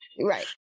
Right